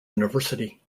university